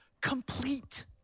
complete